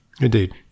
Indeed